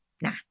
Nah